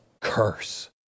curse